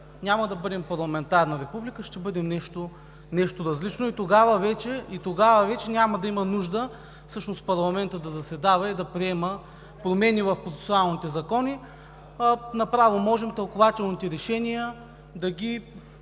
няма да бъдем парламентарна република, ще бъдем нещо различно и тогава вече няма да има нужда всъщност парламентът да заседава и да приема промени в процесуалните закони, а направо можем тълкувателните решения да ги